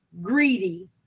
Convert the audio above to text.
greedy